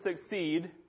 succeed